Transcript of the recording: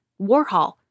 Warhol